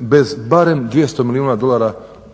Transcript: bez barem 200 milijuna dolara osobnog